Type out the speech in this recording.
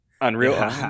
Unreal